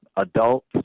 adults